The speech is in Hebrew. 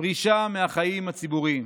פרישה מהחיים הציבוריים.